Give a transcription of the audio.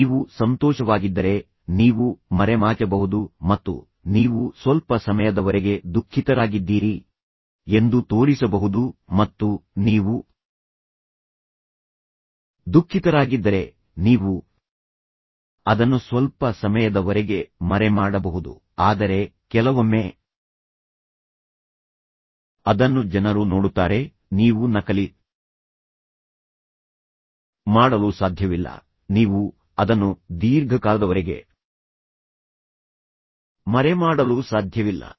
ನೀವು ಸಂತೋಷವಾಗಿದ್ದರೆ ನೀವು ಮರೆಮಾಚಬಹುದು ಮತ್ತು ನೀವು ಸ್ವಲ್ಪ ಸಮಯದವರೆಗೆ ದುಃಖಿತರಾಗಿದ್ದೀರಿ ಎಂದು ತೋರಿಸಬಹುದು ಮತ್ತು ನೀವು ದುಃಖಿತರಾಗಿದ್ದರೆ ನೀವು ಅದನ್ನು ಸ್ವಲ್ಪ ಸಮಯದವರೆಗೆ ಮರೆಮಾಡಬಹುದು ಆದರೆ ಕೆಲವೊಮ್ಮೆ ಅದನ್ನು ಜನರು ನೋಡುತ್ತಾರೆ ನೀವು ನಕಲಿ ಮಾಡಲು ಸಾಧ್ಯವಿಲ್ಲ ನೀವು ಅದನ್ನು ದೀರ್ಘಕಾಲದವರೆಗೆ ಮರೆಮಾಡಲು ಸಾಧ್ಯವಿಲ್ಲ